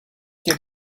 geht